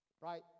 Right